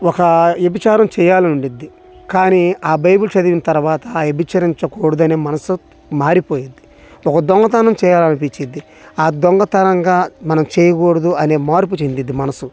ఒక వ్యభిచారం చెయ్యాలనుండిద్ది కానీ ఆ బైబుల్ చదివిన తరవాత ఆ వ్యభిచరించకూడదు అనే మనస్సు మారిపోయిద్ది ఒక దొంగతనం చేయాలనిపిచ్చిద్ది ఆ దొంగతనంగా మనం చేయకూడదు అనే మార్పు చెందిద్ది మనస్సు